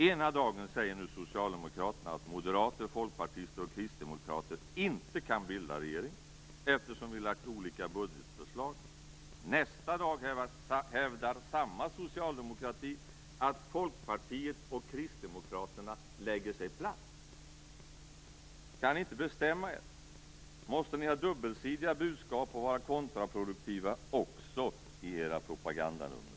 Ena dagen säger socialdemokraterna att moderater, folkpartister och kristdemokrater inte kan bilda regering, eftersom vi har lagt fram olika budgetförslag. Nästa dag hävdar samma socialdemokrater att Folkpartiet och Kristdemokraterna lägger sig platt. Kan ni inte bestämma er? Måste ni ha dubbelsidiga budskap och vara kontraproduktiva också i era propagandanummer?